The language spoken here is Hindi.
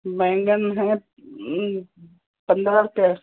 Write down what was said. बैंगन हैं पंद्रह रुपया